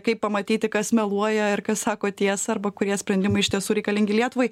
kaip pamatyti kas meluoja ir kas sako tiesą arba kurie sprendimai iš tiesų reikalingi lietuvai